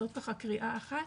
אז זאת קריאה אחת,